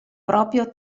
proprio